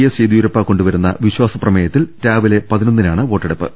S Yeddyurappa കൊണ്ടുവരുന്ന വിശ്വാസ പ്രമേയത്തിൽ രാവിലെ പതിനൊന്നിനാണ് വോട്ടെടുപ്പ്